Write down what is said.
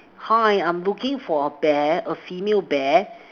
hi I'm looking for a bear a female bear